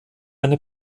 eine